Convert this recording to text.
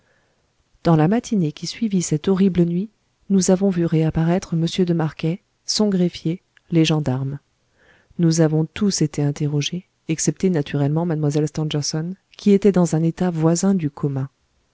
dans la matinée qui suivit cette horrible nuit nous avons vu réapparaître m de marquet son greffier les gendarmes nous avons tous été interrogés excepté naturellement mlle stangerson qui était dans un état voisin du coma